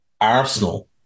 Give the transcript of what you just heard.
Arsenal